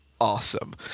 awesome